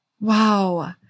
Wow